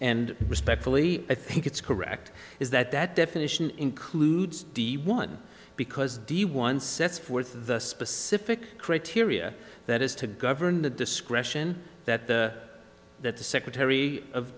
and respectfully i think it's correct is that that definition includes the one because d one sets forth the specific criteria that is to govern the discretion that the that the secretary of